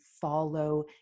follow